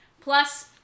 plus